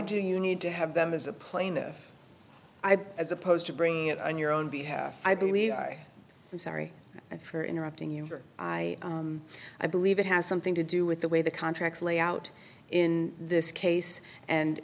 do you need to have them as a plaintiff as opposed to bringing it on your own behalf i believe i am sorry for interrupting you i i believe it has something to do with the way the contracts lay out in this case and